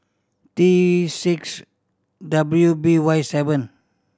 T six W B Y seven